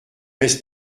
laisse